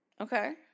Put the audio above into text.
Okay